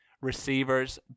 Receivers